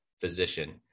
physician